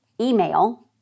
email